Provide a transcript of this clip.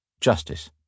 Justice